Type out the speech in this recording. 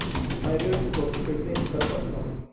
मैं ऋण चुकौती कइसे कर सकथव?